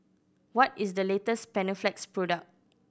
what is the latest Panaflex product